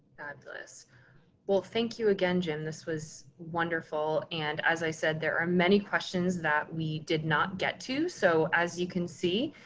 fabulous. well, thank you again engine. this was wonderful. and as i said, there are many questions that we did not get to. so as you can see,